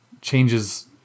Changes